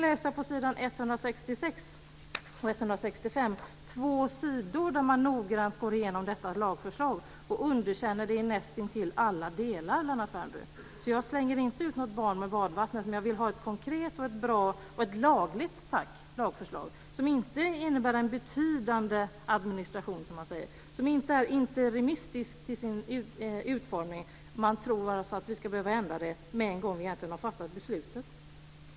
På två sidor i propositionen kan Lennart Värmby läsa hur man noggrant går igenom detta lagförslag och underkänner det i nästintill alla delar. Jag slänger inte ut något barn med badvattnet, men jag vill ha ett konkret och bra - och lagligt, tack - lagförslag som inte innebär en betydande administration, som man säger, och som inte är interimistiskt till sin utformning. Man tror alltså att vi kommer att behöva ändra det så fort vi har fattat beslutet.